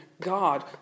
God